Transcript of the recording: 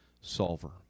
solver